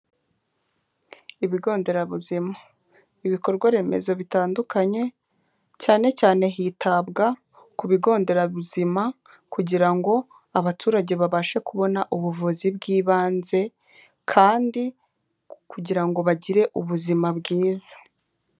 Ibigo nderabuzima, ibikorwa remezo bitandukanye, cyane cyane hitabwa ku bigo nderabuzima kugira ngo abaturage babashe kubona ubuvuzi bw'ibanze, kandi kugira ngo bagire ubuzima bwiza.